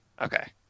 Okay